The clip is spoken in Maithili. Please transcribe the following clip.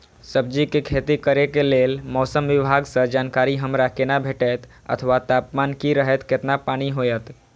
सब्जीके खेती करे के लेल मौसम विभाग सँ जानकारी हमरा केना भेटैत अथवा तापमान की रहैत केतना पानी होयत?